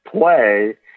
play